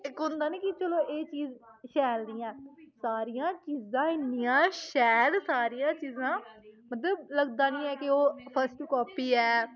इक होंदा नी कि चलो एह् चीज़ शैल नीं ऐ सारियां चीजां इन्नियां शैल सारियां चीजां मतलब लगदा लगदा नी ऐ कि ओह् फर्स्ट कापी ऐ